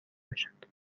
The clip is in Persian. باشند